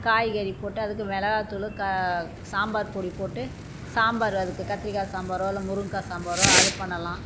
காய்கறி போட்டு அதுக்கு மிளகா தூள் கா சாம்பார் பொடி போட்டு சாம்பார் அதுக்கு கத்திரிக்காய் சாம்பார் இல்லை முருங்கக்காய் சாம்பார் அது பண்ணலாம்